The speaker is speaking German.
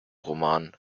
roman